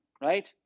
Right